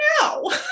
no